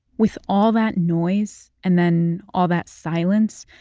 with all that noise and then all that silence,